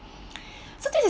so this is